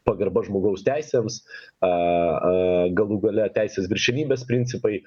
pagarba žmogaus teisėms a a galų gale teisės viršenybės principai